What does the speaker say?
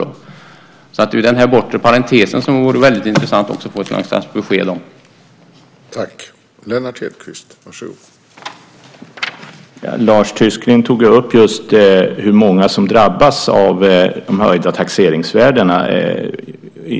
Det vore alltså väldigt intressant att också få ett besked om denna bortre parentes.